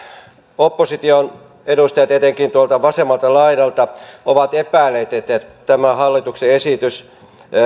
opposition edustajat etenkin tuolta vasemmalta laidalta ovat epäilleet että tämä hallituksen esitys